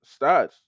stats